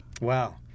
Wow